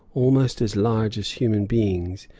almost as large as human beings,